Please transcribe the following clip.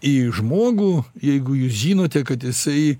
į žmogų jeigu jūs žinote kad jisai